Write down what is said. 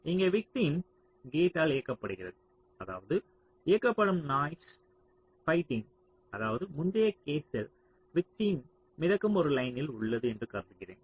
இங்கே விக்டிம் கேட்டால் இயக்கப்படுகிறது அதாவது இயக்கப்படும் நாய்ஸ் பைய்ட்டிங் அதாவது முந்தைய கேஸ்ஸில் விக்டிம் மிதக்கும் ஒரு லைன்னில் உள்ளது என்று கருதுகிறேன்